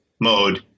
mode